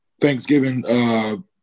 Thanksgiving